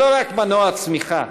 ולא רק מנוע צמיחה,